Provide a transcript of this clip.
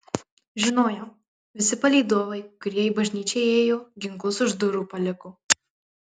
žinojau visi palydovai kurie į bažnyčią įėjo ginklus už durų paliko